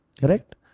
correct